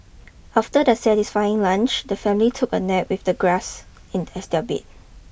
after their satisfying lunch the family took a nap with the grass in as their bed